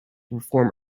perform